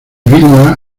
vilma